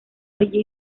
orilla